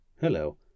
Hello